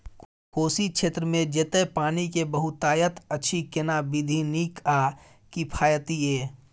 कोशी क्षेत्र मे जेतै पानी के बहूतायत अछि केना विधी नीक आ किफायती ये?